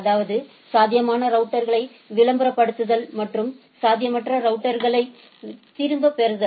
அதாவது சாத்தியமான ரவுட்டர்களை விளம்பரப்படுத்துதல் மற்றும் சாத்தியமற்ற ரவுட்டர் களை திரும்பப் பெறுதல்